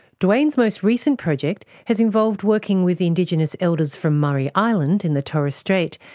duane's most recent project has involved working with the indigenous elders from murray island in the torres strait,